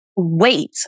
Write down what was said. wait